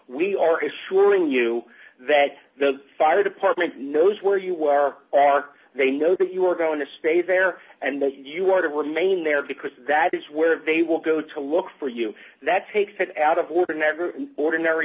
assuring you that the fire department knows where you are all are they know that you are going to stay there and that you are to remain there because that is where they will go to look for you that take that out of order never ordinary